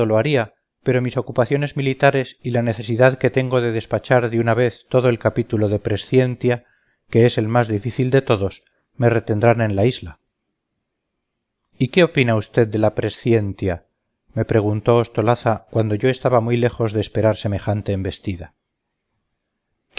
haría pero mis ocupaciones militares y la necesidad que tengo de despachar de una vez todo el capítulo de prescientia que es el más difícil de todos me retendrán en la isla y qué opina usted de la prescientia me preguntó ostolaza cuando yo estaba muy lejos de esperar semejante embestida